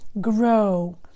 grow